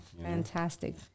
Fantastic